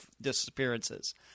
disappearances